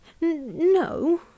No